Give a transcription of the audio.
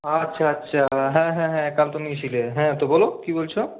আচ্ছা আচ্ছা হ্যাঁ হ্যাঁ হ্যাঁ কাল তুমিই ছিলে হ্যাঁ তো বলো কী বলছ